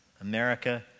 America